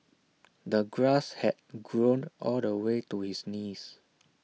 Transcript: the grass had grown all the way to his knees